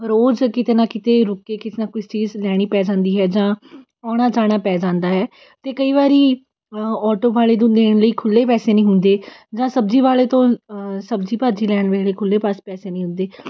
ਰੋਜ਼ ਕਿਤੇ ਨਾ ਕਿਤੇ ਰੁੱਕ ਕੇ ਕਿਸੇ ਨਾ ਕਿਸ ਚੀਜ਼ ਲੈਣੀ ਪੈ ਜਾਂਦੀ ਹੈ ਜਾਂ ਆਉਣਾ ਜਾਣਾ ਪੈ ਜਾਂਦਾ ਹੈ ਅਤੇ ਕਈ ਵਾਰੀ ਆਟੋ ਵਾਲੇ ਨੂੰ ਦੇਣ ਲਈ ਖੁੱਲ੍ਹੇ ਪੈਸੇ ਨਹੀਂ ਹੁੰਦੇ ਜਾਂ ਸਬਜ਼ੀ ਵਾਲੇ ਤੋਂ ਸਬਜ਼ੀ ਭਾਜੀ ਲੈਣ ਵੇਲੇ ਖੁੱਲ੍ਹੇ ਪਾਸੇ ਪੈਸੇ ਨਹੀਂ ਹੁੰਦੇ